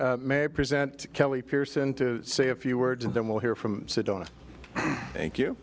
may present to kelly pearson to say a few words and then we'll hear from sedona thank you